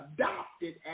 adopted